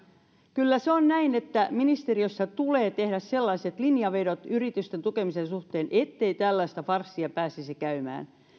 kyllä se on näin että ministeriössä tulee tehdä sellaiset linjavedot yritysten tukemisen suhteen ettei tällaista farssia pääsisi käymään